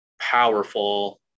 powerful